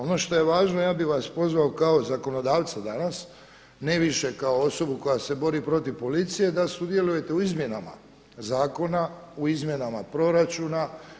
Ono što je važno, ja bih vas pozvao kao zakonodavca danas, ne više kao osobu koja se bori protiv policije, da sudjelujete u izmjenama zakona, u izmjenama proračuna.